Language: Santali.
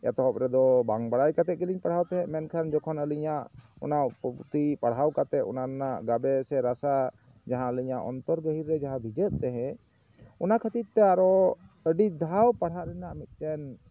ᱮᱛᱚᱦᱚᱵ ᱨᱮᱫᱚ ᱵᱟᱝ ᱵᱟᱲᱟᱭ ᱠᱟᱛᱮᱫ ᱜᱤᱞᱤᱧ ᱯᱟᱲᱦᱟᱣ ᱛᱟᱦᱮᱸᱫ ᱢᱮᱱᱠᱷᱟᱱ ᱡᱚᱠᱷᱚᱱ ᱟᱞᱤᱧᱟᱜ ᱚᱱᱟ ᱯᱩᱛᱷᱤ ᱯᱟᱲᱦᱟᱣ ᱠᱟᱛᱮᱫ ᱚᱱᱟ ᱨᱮᱱᱟᱜ ᱜᱟᱵᱮ ᱥᱮ ᱨᱟᱥᱟ ᱡᱟᱦᱟᱸ ᱟᱞᱤᱧᱟᱜ ᱚᱱᱛᱚᱨ ᱜᱟᱦᱤᱨ ᱨᱮ ᱡᱟᱦᱟᱸ ᱵᱷᱤᱡᱟᱹᱜ ᱛᱟᱦᱮᱸᱫ ᱚᱱᱟ ᱠᱷᱟᱛᱤᱨ ᱛᱮ ᱟᱨᱦᱚᱸ ᱟᱹᱰᱤ ᱫᱷᱟᱣ ᱯᱟᱲᱦᱟᱜ ᱨᱮᱱᱟᱜ ᱢᱤᱫᱴᱮᱱ